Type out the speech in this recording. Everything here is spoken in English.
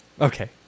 Okay